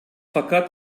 fakat